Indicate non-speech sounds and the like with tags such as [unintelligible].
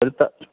[unintelligible]